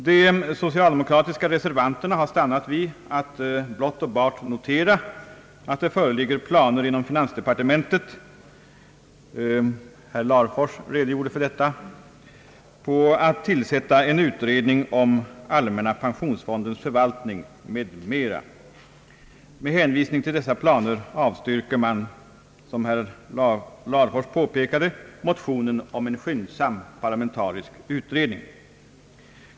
De socialdemokratiska reservanterna har stannat vid att blott och bart notera att det föreligger planer inom finansdepartementet — herr Larfors redogjorde för detta — på att tillsätta en utredning om allmänna pensionsfondens förvaltning m.m. Med hänvisning till dessa planer avstyrker man motionen om en skyndsam parlamentarisk utredning.